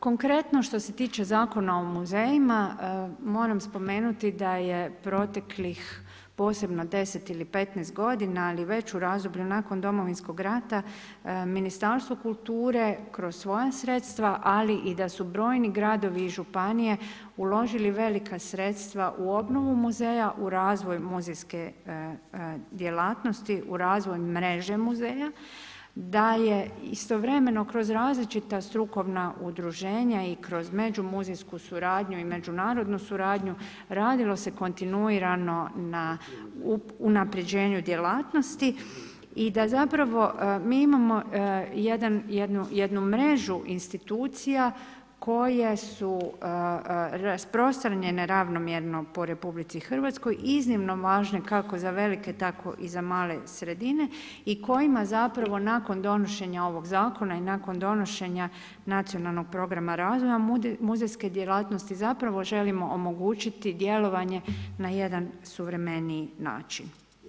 Konkretno što se tiče Zakona o muzejima, moram spomenuti da je proteklih posebno 10 ili 15 godina, ali već u razdoblju nakon Domovinskog rata, Ministarstvo kulture kroz svoja sredstva, ali i da su brojni gradovi i županije uložili velika sredstva u obnovu muzeja, u razvoj muzejske djelatnosti, u razvoj mreže muzeja, da je istovremeno kroz različita strukovna udruženja i kroz međumuzejsku suradnju i međunarodnu suradnju radilo se kontinuirano na unapređenju djelatnosti i da zapravo mi imamo jednu mrežu institucija koje su rasprostranjene ravnomjerno po RH, iznimno važne, kako za velike, tako i za male sredine, i kojima zapravo nakon donošenja ovog zakona i nakon donošenja nacionalnog programa razvoja muzejske djelatnosti zapravo želimo omogućiti djelovanje na jedan suvremeniji način.